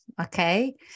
okay